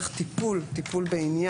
"טיפול" טיפול בעניין,